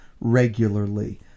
regularly